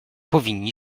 powinni